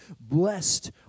Blessed